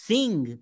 Sing